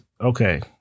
okay